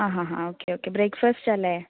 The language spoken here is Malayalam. ആ ഹാ ഹാ ഓക്കെ ഓക്കെ ബ്രേക്ഫാസ്റ്റ് അല്ലേ